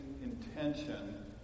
intention